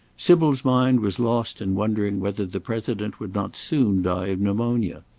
sybil's mind was lost in wondering whether the president would not soon die of pneumonia.